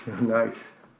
nice